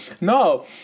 No